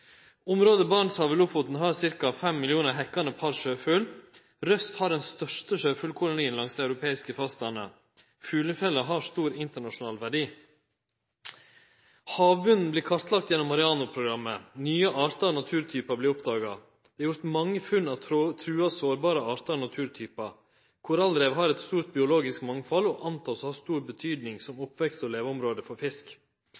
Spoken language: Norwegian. har ca. 5 millionar hekkande par sjøfugl. Røst har den største sjøfuglkolonien langs det europeiske fastlandet. Fuglefjella har stor internasjonal verdi. Havbotnen vert kartlagd gjennom MAREANO-programmet. Nye artar og naturtypar vert oppdaga. Det er gjort mange funn av truga og sårbare artar og naturtypar. Korallrev har eit stort biologisk mangfald, og ein antek at det har stor betyding som oppvekst- og leveområde for fisk.